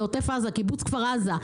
קיבוץ כפר עזה.